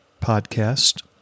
podcast